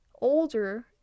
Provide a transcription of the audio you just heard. older